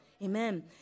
Amen